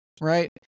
right